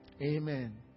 Amen